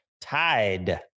Tide